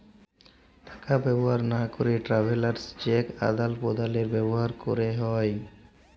টাকা ব্যবহার লা ক্যেরে ট্রাভেলার্স চেক আদাল প্রদালে ব্যবহার ক্যেরে হ্যয়